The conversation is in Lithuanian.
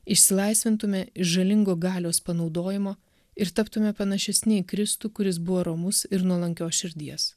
išsilaisvintume iš žalingų galios panaudojimo ir taptume panašesni į kristų kuris buvo romus ir nuolankios širdies